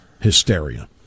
hysteria